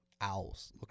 Owls